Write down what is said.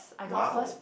!wow!